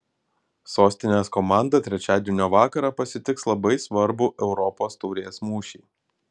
sostinės komanda trečiadienio vakarą pasitiks labai svarbų europos taurės mūšį